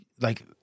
like-